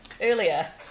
earlier